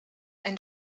ein